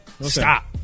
stop